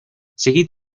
seguid